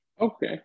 Okay